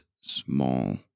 small